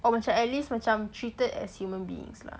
macam at least macam treated as human beings lah